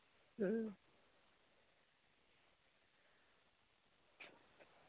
अं